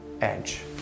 edge